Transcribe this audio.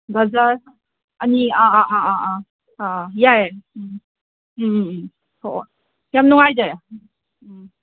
ꯒꯖꯔ ꯑꯅꯤ ꯑꯥ ꯑꯥ ꯑꯥ ꯑꯥ ꯑꯥ ꯑꯥ ꯑꯥ ꯌꯥꯏꯌꯦ ꯎꯝ ꯎꯝ ꯎꯝ ꯍꯣꯏ ꯍꯣꯏ ꯌꯥꯝ ꯅꯨꯡꯉꯥꯏꯖꯔꯦ ꯎꯝ